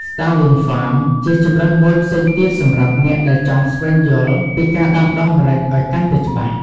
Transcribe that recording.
Starling Farm ជាជម្រើសមួយផ្សេងទៀតសម្រាប់អ្នកដែលចង់ស្វែងយល់ពីការដាំដុះម្រេចអោយកាន់តែច្បាស់ ។